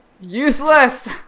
Useless